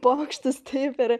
pokštus taip ir